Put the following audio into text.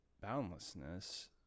Boundlessness